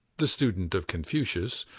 the student of confucius,